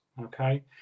okay